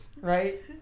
Right